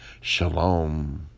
Shalom